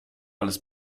alles